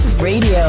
Radio